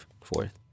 fourth